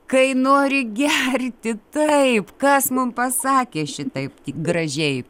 kai nori gerti taip kas mum pasakė šitaip gražiai